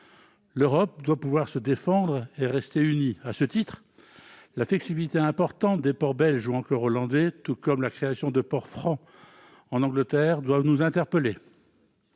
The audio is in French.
L'Europe doit pouvoir se défendre et rester unie. À cet égard, la flexibilité importante des ports belges ou encore hollandais, tout comme la création de ports francs en Angleterre, ne peuvent que nous interpeller.